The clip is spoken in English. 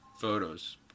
photos